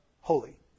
holy